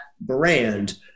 Brand